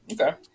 Okay